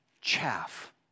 chaff